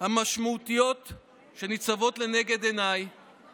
המשמעותיות שניצבות לנגד עיניי